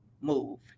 move